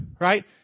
right